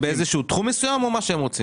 זה בתחום מסוים או מה שהם רוצים?